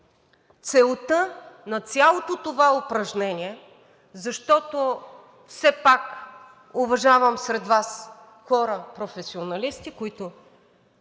целта на цялото това упражнение, защото все пак уважавам сред Вас хора професионалисти, които